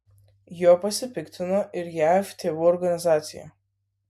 juo pasipiktino ir jav tėvų organizacija